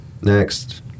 Next